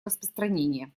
распространение